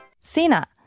Sina